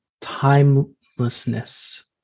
timelessness